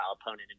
opponent